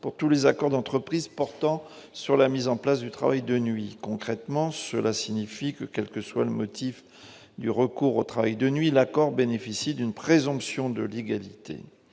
pour tous les accords d'entreprise portant sur la mise en place du travail de nuit, concrètement, cela signifie que, quel que soit le motif du recours au travail de nuit l'accord bénéficient d'une présomption de l'égalité,